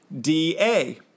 DA